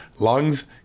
lungs